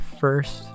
first